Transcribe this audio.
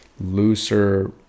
looser